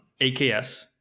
AKS